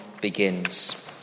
begins